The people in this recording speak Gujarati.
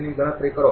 ની ગણતરી કરો